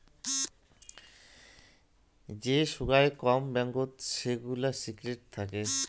যে সোগায় কম ব্যাঙ্কতে সে সেগুলা সিক্রেট থাকি